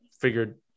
figured